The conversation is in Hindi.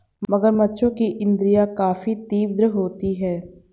मगरमच्छों की इंद्रियाँ काफी तीव्र होती हैं